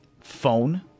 phone